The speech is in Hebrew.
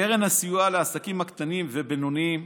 קרן הסיוע לעסקים הקטנים והבינוניים,